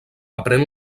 aprèn